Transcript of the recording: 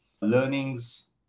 learnings